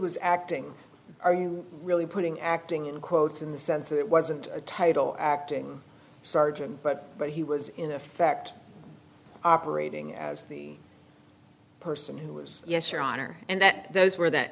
was acting are you really putting acting in quotes in the sense that it wasn't a title acting sergeant but but he was in effect operating as the person yes your honor and that those were that